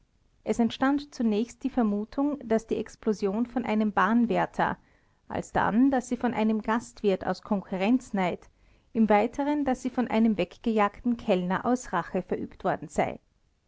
es entstand zunächst die vermutung daß die explosion von einem bahnwärter alsdann daß sie von einem gastwirt aus konkurrenzneid im weiteren daß sie von einem weggejagten kellner aus rache verübt worden sei